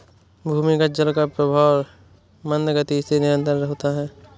भूमिगत जल का प्रवाह मन्द गति से निरन्तर होता है